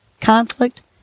conflict